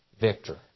victor